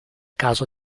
caso